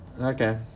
Okay